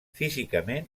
físicament